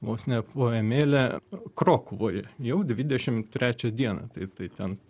vos ne poemėlė krokuvoje jau dvidešimt trečią dieną tai tai ten